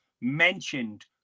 mentioned